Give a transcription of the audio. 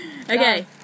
Okay